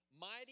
Mighty